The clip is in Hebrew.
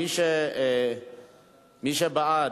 מי שבעד,